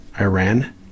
Iran